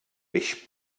peix